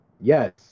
Yes